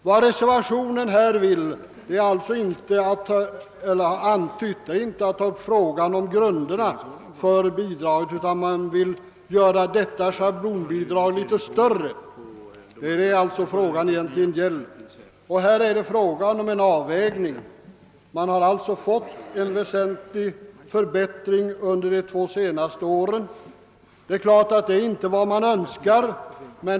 Vad reservanterna anfört att de önskar är inte att ta upp frågan om grunderna för bidraget utan att göra schablonbidraget litet större. Det är alltså detta som frågan egentligen gäller. Det blir då fråga om en avvägning. En väsentlig förbättring har skett under de två senaste åren, vilket givetvis inte innebär att alla önskemål kunnat tillgodoses.